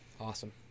Awesome